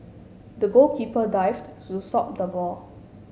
the goalkeeper dived to stop the ball